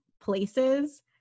places